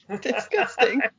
Disgusting